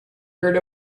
heard